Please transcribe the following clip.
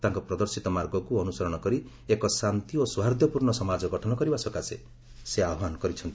ତାଙ୍କ ପ୍ରଦର୍ଶିତ ମାଗକୁ ଅନୁସରଣ କରି ଏକ ଶାନ୍ତି ଓ ସୌହାର୍ଦ୍ଧ୍ୟପୂର୍ଣ୍ଣ ସମାଜ ଗଠନ କରିବା ସକାଶେ ସେ ଆହ୍ୱାନ କରିଛନ୍ତି